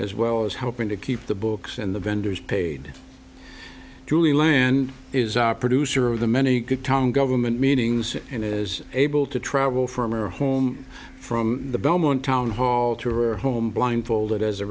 as well as helping to keep the books and the vendors paid julie land is our producer of the many good tongue government meetings and as able to travel from or home from the belmont town hall to or home blindfolded as a